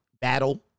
battle